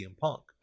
Punk